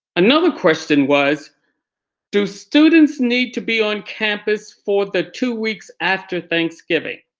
another question was do students need to be on campus for the two weeks after thanksgiving?